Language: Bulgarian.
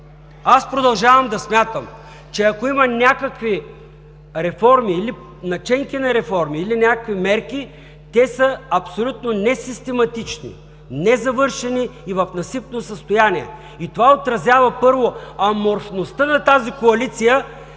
Аз продължавам да смятам, че ако има някакви реформи или наченки на реформи, или някакви мерки – те са абсолютно несистематични, незавършени и в насипно състояние. Това отразява, първо, аморфността на тази коалиция,